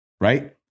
right